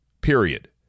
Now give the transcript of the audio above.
period